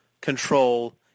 control